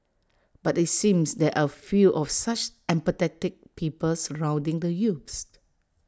but IT seems there are few of such empathetic people surrounding the youths